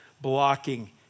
blocking